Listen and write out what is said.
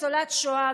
ניצולת שואה,